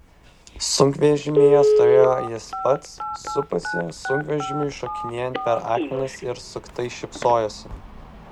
sunkvežimyje stovėjo jis pats suposi sunkvežimiui šokinėjant per akmenis ir suktai šypsojosi